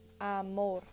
amor